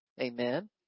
amen